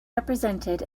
represented